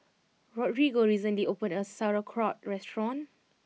Rodrigo recently opened a new Sauerkraut restaurant